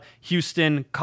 Houston